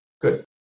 Good